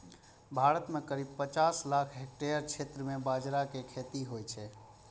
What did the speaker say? भारत मे करीब पचासी लाख हेक्टेयर क्षेत्र मे बाजरा के खेती होइ छै